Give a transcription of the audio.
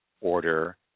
order